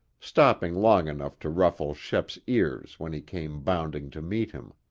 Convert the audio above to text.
stopping long enough to ruffle shep's ears when he came bounding to meet him.